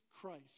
Christ